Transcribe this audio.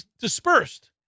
dispersed